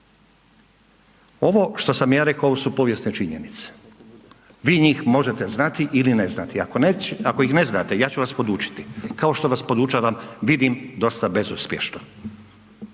Ovo što sam ja rekao su povijesne činjenice, vi njih možete znati ili ne znate, ako ih ne znate ja ću vas podučiti, kao što vas podučavam vidim dosta bezuspješno,